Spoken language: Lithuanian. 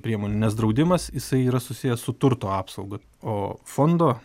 priemones nes draudimas jisai yra susijęs su turto apsauga o fondo